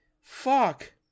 Fuck